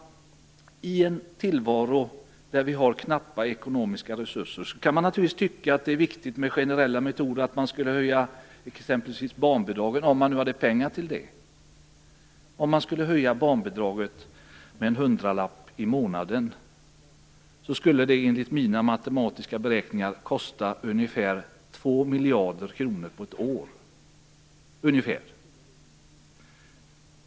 I en situation då vi har knappa ekonomiska resurser kan man naturligtvis tycka att det är viktigt att med generella metoder höja t.ex. barnbidragen, om man hade pengar till det. Om man skulle höja barnbidraget med en hundralapp i månaden, skulle det enligt mina matematiska beräkningar kosta ungefär 2 miljarder kronor under ett år.